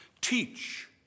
Teach